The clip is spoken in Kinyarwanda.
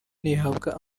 ntihabwa